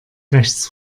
rechts